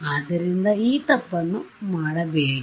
ಆದ್ದರಿಂದ ಆ ತಪ್ಪನ್ನು ಮಾಡಬೇಡಿ